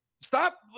Stop